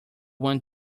want